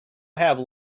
have